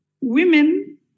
women